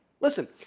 Listen